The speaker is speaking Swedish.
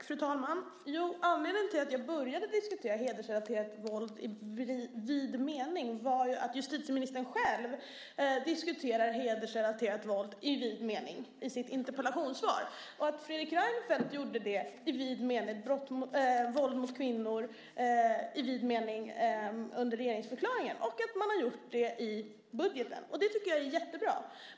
Fru talman! Anledningen till att jag började diskutera hedersrelaterat våld i vid mening var att justitieministern själv diskuterar hedersrelaterat våld i vid mening i sitt interpellationssvar, att Fredrik Reinfeldt tog upp det, i vid mening, liksom våld mot kvinnor, i vid mening, i regeringsförklaringen och att man har gjort det i budgeten. Det tycker jag är jättebra.